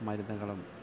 മരുന്നുകളും